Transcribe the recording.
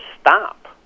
stop